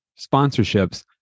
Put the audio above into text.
sponsorships